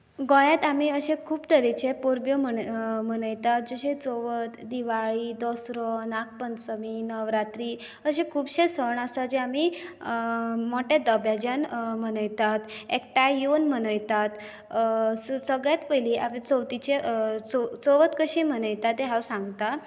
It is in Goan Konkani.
गोंयांत आमी अशे खूब तरेचे परबो मनयतात जशें चवथ दिवाळी दसरो नागपंचनी नवरात्री अशे खुबशे सण आसात जे आमी मोठ्या दबाज्यान मनयतात एकठांय येवून मनयतात सगळ्यांत पयलीं आमी चवथीचें चवथ कशी मनयतात तें हांव सांगतां